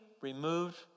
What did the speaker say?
removed